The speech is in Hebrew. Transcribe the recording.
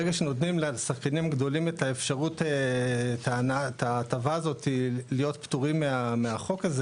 ברגע שנותנים לשחקנים הגדולים את ההטבה להיות פטורים מהחוק הזה